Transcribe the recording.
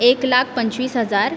एक लाख पंचवीस हजार